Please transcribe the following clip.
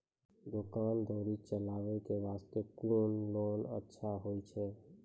दुकान दौरी चलाबे के बास्ते कुन लोन अच्छा होय छै?